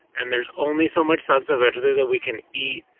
and there's only so much salsa verde that we can eat,